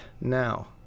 now